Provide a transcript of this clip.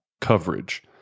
coverage